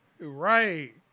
Right